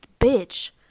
bitch